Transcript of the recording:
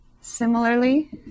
Similarly